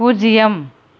பூஜ்ஜியம்